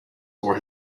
for